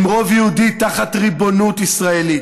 עם רוב יהודי תחת ריבונות ישראלית.